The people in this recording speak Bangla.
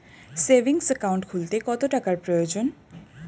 সেভিংস একাউন্ট খুলতে কত টাকার প্রয়োজন?